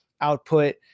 output